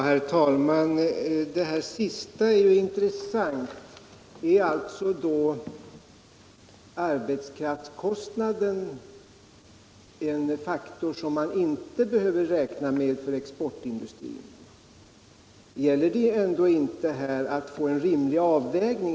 Herr talman! Det sista är intressant. Är då arbetskraftskostnaderna en faktor, som man inte behöver räkna med för exportindustrin? Gäller det ändå inte här att få en rimlig avvägning?